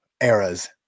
era's